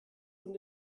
und